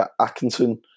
Atkinson